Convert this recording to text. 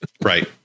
Right